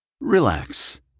Relax